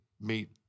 meet